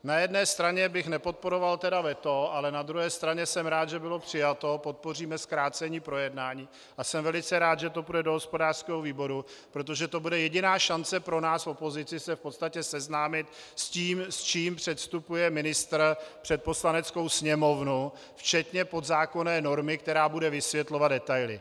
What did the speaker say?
Na jedné straně bych nepodporoval veto, ale na druhé straně jsem rád, že bylo přijato, podpoříme zkrácení projednání a jsem velice rád, že to půjde do hospodářského výboru, protože to bude jediná šance pro nás v opozici se v podstatě seznámit s tím, s čím předstupuje ministr před Poslaneckou sněmovnu, včetně podzákonné normy, která bude vysvětlovat detaily.